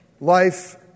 life